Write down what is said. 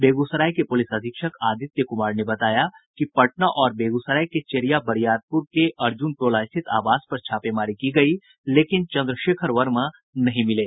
बेगूसराय के पुलिस अधीक्षक आदित्य कुमार बताया कि पटना और बेगूसराय के चेरिया बरियारपुर के अर्जुन टोला स्थित आवास पर छापेमारी की गयी लेकिन चंद्रशेखर वर्मा नहीं मिले